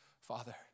Father